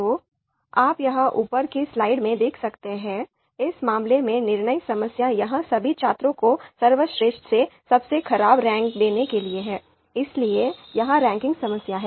तो आप यहां ऊपर की स्लाइड में देख सकते हैं इस मामले में निर्णय समस्या यहां सभी छात्रों को सर्वश्रेष्ठ से सबसे खराब रैंक देने के लिए है इसलिए यह रैंकिंग समस्या है